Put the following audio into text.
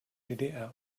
ddr